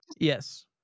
Yes